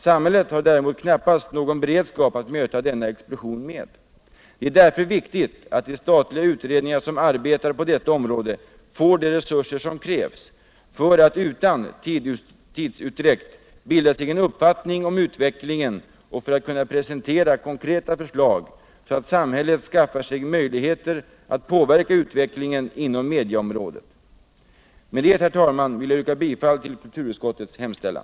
Samhället har däremot knappast någon beredskap att möta denna explosion med. Dot är därför viktigt att de statliga utredningar som arbetar på detta område får de resurser som krävs för att utan tidsutdräkt bilda sig en uppfattning om utvecklingen och för att kunna presentera konkreta förslag, så att samhället får möjligheter att påverka utvecklingen inom mediaområdet. Med detta, herr talman, vill jag yrka bifall till kulturutskottets hemställan.